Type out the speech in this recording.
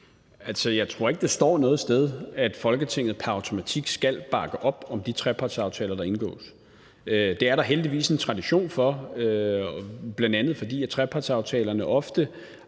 jeg tror ikke, det står noget sted, at Folketinget pr. automatik skal bakke op om de trepartsaftaler, der indgås. Det er der heldigvis en tradition for, at Folketinget gør, bl.a. fordi trepartsaftalerne ofte